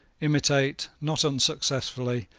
imitate, not unsuccessfully,